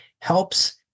helps